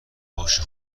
باشه